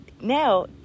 now